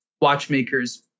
watchmakers